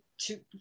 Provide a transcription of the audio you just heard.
two